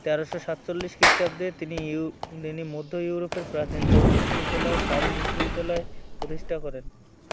তেরোশো সাতচল্লিশ খ্রিসষ্টাব্দে তিনি ইউ তিনি মধ্য ইউরোপের প্রাচীতম বিশ্ববিদ্যালয় চার্লস বিশ্ববিদ্যালয় প্রতিষ্ঠা করেন